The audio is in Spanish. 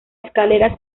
escalera